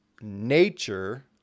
nature